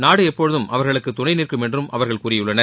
நாடு எப்போதும் அவர்களுக்கு துணை நிற்கும் என்றும் அவர்கள் கூறியுள்ளனர்